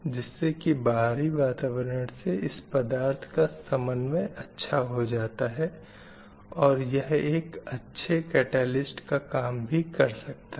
जिससे की बाहरी वातावरण से इस पदार्थ का समन्वय अच्छा हो जाता है और यह एक अच्छे कैटलिस्ट का काम भी कर सकता है